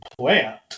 plant